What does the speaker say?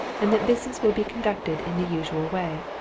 and that business will be conducted in the usual way.